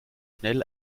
schnell